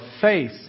faith